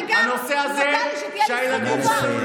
מגיע סמוטריץ' למשרד האוצר,